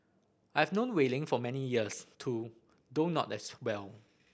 I have known Wei Ling for many years too though not as well